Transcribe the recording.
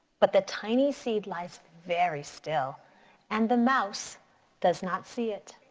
but the tiny seed lies very still and the mouse does not see it.